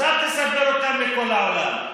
אז אל תספר אותם לכל העולם,